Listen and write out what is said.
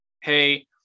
hey